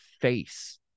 face